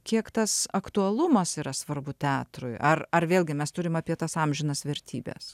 kiek tas aktualumas yra svarbu teatrui ar ar vėlgi mes turim apie tas amžinas vertybes